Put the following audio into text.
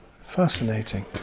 fascinating